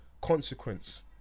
Consequence